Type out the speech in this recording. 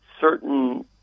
certain